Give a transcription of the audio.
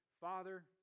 Father